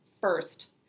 first